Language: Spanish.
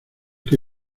que